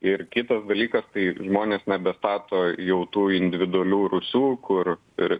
ir kitas dalykas tai žmonės nebestato jau tų individualių rūsių kur ir